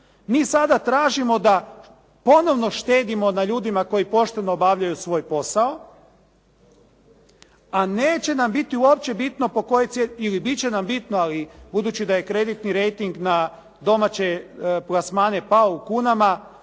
mi sada tražimo da ponovno štedimo na ljudima koji pošteno obavljaju svoj posao, a neće nam biti uopće bitno po kojoj cijeni ili bit će nam bitno ali budući da je kreditni rejting na domaće plasmane pao u kunama,